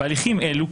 בהליכים אלו,